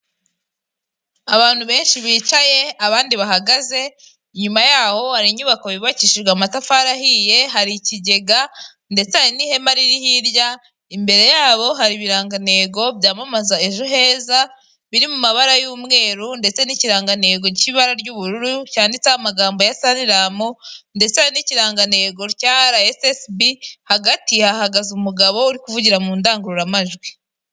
Abantu benshi bicaye abandi bahagaze, inyuma yaho hari inyubako yubakishijwe amatafari ahiye hari ikigega. Ndetse hari n'ihema riri hirya, imbere yabo hari ibirangantego byamamaza ejo heza biri mu mabara y'umweru ndetse n'ikirangantego cy'ibara ry'ubururu, cyanditseho amagambo ya saniramu ndetse n'ikirangantego rya ara esesibi, hagati hahagaze umugabo uri kuvugira mu ndangururamajwi.